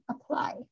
Apply